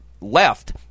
left